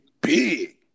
big